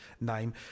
name